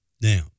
Now